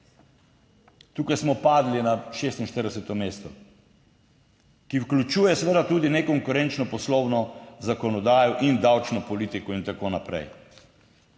Tukaj smo padli na 46. mesto, ki vključuje seveda tudi nekonkurenčno poslovno zakonodajo in davčno politiko in tako naprej